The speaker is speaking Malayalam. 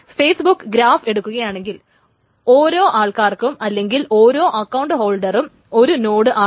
ഫെയിസ്ബുക്ക് ഗ്രാഫ് എടുക്കുകയാണെങ്കിൽ ഓരോ ആൾക്കാരും അല്ലെങ്കിൽ ഓരോ അക്കൌണ്ട് ഹോൾഡറും ഒരു നോട് ആണ്